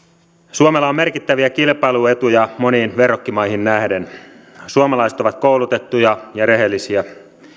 suomella on merkittäviä kilpailuetuja moniin verrokkimaihin nähden suomalaiset ovat koulutettuja ja rehellisiä